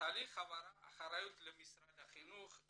תהליך העברת האחריות למשרד החינוך,